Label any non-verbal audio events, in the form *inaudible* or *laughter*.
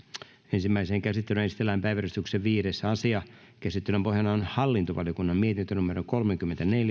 ensimmäiseen käsittelyyn esitellään päiväjärjestyksen viides asia käsittelyn pohjana on hallintovaliokunnan mietintö kolmekymmentäneljä *unintelligible*